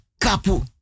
kapu